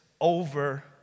over